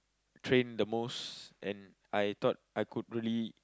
train the most and I thought I could really